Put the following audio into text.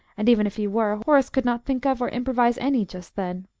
and, even if he were, horace could not think of or improvise any just then.